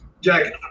Jack